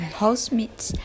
housemates